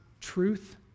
truth